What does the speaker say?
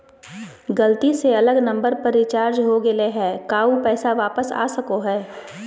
गलती से अलग नंबर पर रिचार्ज हो गेलै है का ऊ पैसा वापस आ सको है?